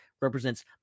represents